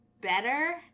better